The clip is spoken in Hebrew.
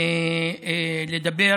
לדבר